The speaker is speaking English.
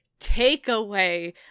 takeaway